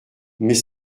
mais